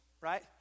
right